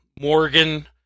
Morgan